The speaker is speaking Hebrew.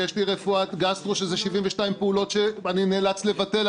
ויש לי רפואת גסטרו שזה 72 פעולות שאני נאלץ לבטל.